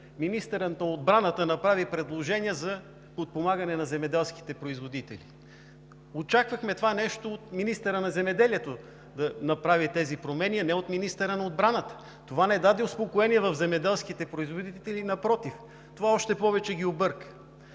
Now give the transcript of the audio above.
министърът на отбраната направи предложение за подпомагане на земеделските производители. Очаквахме това нещо от министъра на земеделието – да направи тези промени, а не от министъра на отбраната. Това не даде успокоение в земеделските производители, напротив, още повече ги обърка.